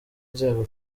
nzego